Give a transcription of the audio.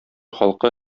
халкы